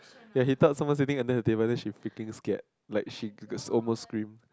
ya he thought someone sitting under her table then she freaking scared like she almost scream